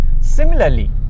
Similarly